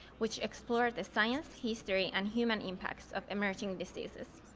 which explore the science, history, and human impacts of immerging diseases.